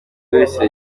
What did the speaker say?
wese